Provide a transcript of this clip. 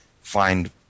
find